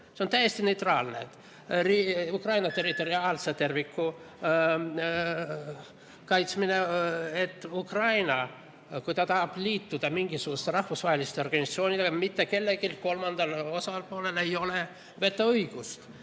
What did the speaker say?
on täiesti neutraalne – Ukraina territoriaalse terviku kaitsmine, et kui Ukraina tahab liituda mingisuguste rahvusvaheliste organisatsioonidega, siis mitte kellelgi kolmandal osapoolel ei ole vetoõigust,